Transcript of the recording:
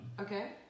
Okay